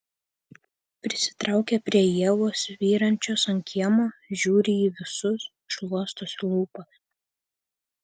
prisitraukia prie ievos svyrančios ant kiemo žiūri į visus šluostosi lūpas